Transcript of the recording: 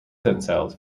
themselves